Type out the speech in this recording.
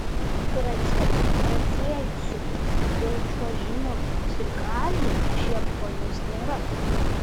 grace išprotėjusių dėl čiuožimo sirgalių iš japonijos nėra